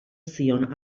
zion